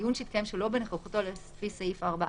בדיון שהתקיים שלא בנוכחותו לפי סעיף 4(א),